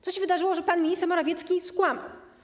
Co się wydarzyło, że pan minister Morawiecki skłamał?